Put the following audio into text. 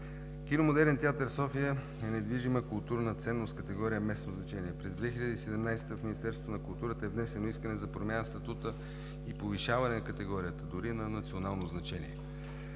Кино „Модерен театър“ – София, е недвижима културна ценност в категория „местно значение“. През 2017 г. в Министерството на културата е внесено искане за промяна в статута и повишаване категорията му дори на национално значение.